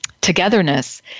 togetherness